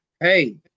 hey